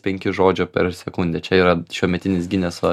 penki žodžio per sekundę čia yra šiuometinis gineso